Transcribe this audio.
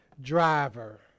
driver